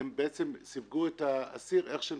הם בעצם סיווגו את האסיר איך שהם